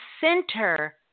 center